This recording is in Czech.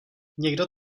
někdo